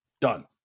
done